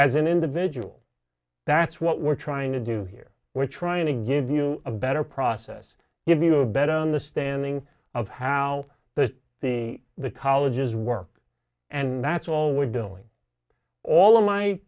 as an individual that's what we're trying to do here we're trying to give you a better process give you a better on the standing of how the the the colleges work and that's all we're doing all of my